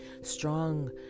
strong